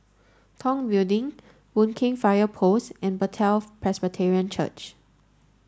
Tong Building Boon Keng Fire Post and Bethel Presbyterian Church